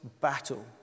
battle